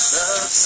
love